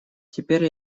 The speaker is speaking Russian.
теперь